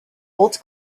holds